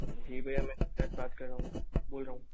हे भैया मैं सूरज बात कर रहा हूँ बोल रहा हूँ